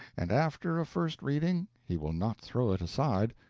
and after a first reading he will not throw it aside,